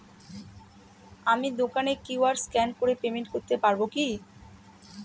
আমি দোকানে QR scan করে পেমেন্ট করতে পারবো কি?